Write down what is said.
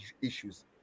issues